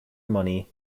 money